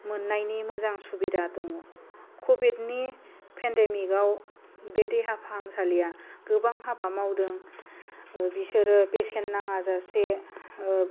मोननायनि मोजां सुबिदा दङ कभिडनि पेन्डामिकाव बे देहा फाहामसालिया गोबां हाबा मावदों बिसोरो बेसेन नाङाजासे